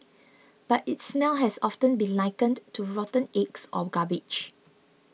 but its smell has often been likened to rotten eggs or garbage